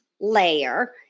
layer